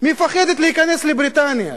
מפחדת להיכנס לבריטניה,